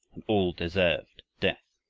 and all deserved death!